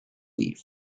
leaf